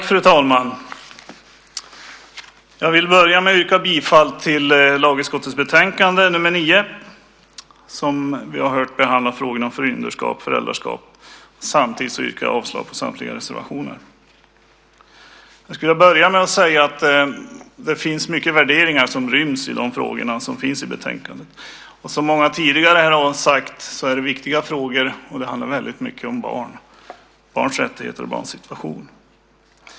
Fru talman! Jag vill börja med att yrka bifall till utskottets förslag i lagutskottets betänkande nr 9, som behandlar frågor om förmynderskap och föräldraskap, och samtidigt yrkar jag avslag på samtliga reservationer. Det finns mycket värderingar som ryms i de frågor som tas upp i betänkandet. Som många tidigare här har sagt är det viktiga frågor, och det handlar väldigt mycket om barn, om barns rättigheter och barns situation.